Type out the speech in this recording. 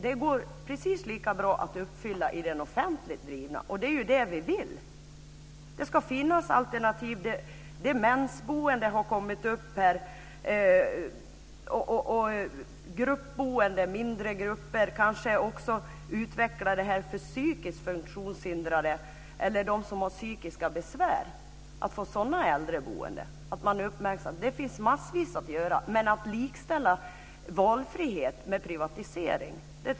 Det går precis lika bra att uppfylla valfrihet i den offentligt drivna vården. Det är det vi vill. Det ska finnas alternativ. Demensboende och mindre gruppboende har tagits upp här, kanske äldreboende utvecklat för psykiskt funktionshindrade eller för dem med psykiska besvär. Det finns massor att göra. Jag tycker inte att man ska likställa valfrihet med privatisering.